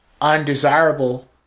undesirable